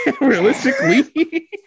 realistically